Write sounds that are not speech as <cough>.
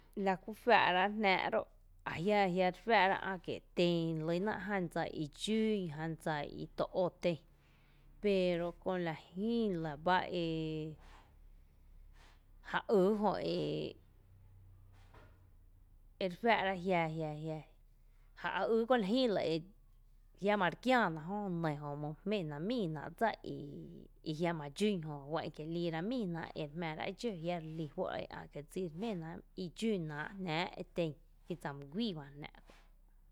Lakú faa´ráá’ jnáá’ ró’ ajia’ re fáá’ra ä’ kie’ ten relyna jan dsa i dxún jan dsa i toó ten pero köö la jïï lɇ ba e ja yy jö ee <hesitation> ere fáá’ra jia, jia, jia <hesitation> ja yy kö la jÿÿ lɇ e jiama re kiääna jö ejö my jménáá’ míi náá’ dsa i jiama dxún jö juá’n kie’ liirá’ míí náá’ ere jmⱥⱥrá’ e dxó jai’ relí juó’ e ä’ kie’ dsi ere jménáá’ idxúnáá’ jnáá’ e tenkí dsa mý guíi bá jnáá’.